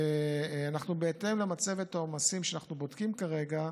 בהתאם למצבת העומסים, שאנחנו בודקים כרגע,